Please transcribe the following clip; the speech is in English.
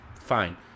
fine